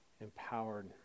empowered